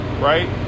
right